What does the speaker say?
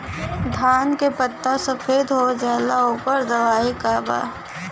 धान के पत्ता सफेद हो जाला ओकर दवाई का बा?